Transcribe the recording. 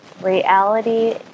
reality